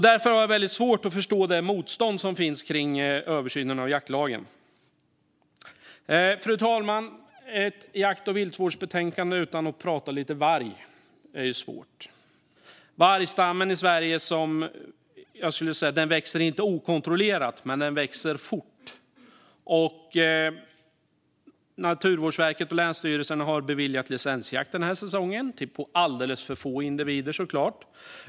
Därför har jag väldigt svårt att förstå det motstånd som finns mot översynen av jaktlagen. Fru talman! Det är svårt att debattera ett jakt och viltvårdsbetänkande utan att prata lite varg. Vargstammen i Sverige växer inte okontrollerat, men den växer fort. Naturvårdsverket och länsstyrelsen har den här säsongen såklart beviljat licensjakt på alldeles för få individer.